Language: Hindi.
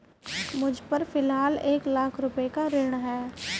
मुझपर फ़िलहाल एक लाख रुपये का ऋण है